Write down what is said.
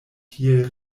tiel